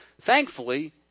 Thankfully